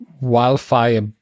wildfire